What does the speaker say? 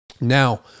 Now